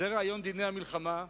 זה הרעיון בדיני המלחמה.